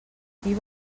ibm